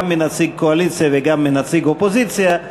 מנציג קואליציה וגם מנציג אופוזיציה.